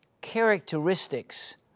characteristics